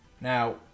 Now